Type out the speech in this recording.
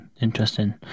Interesting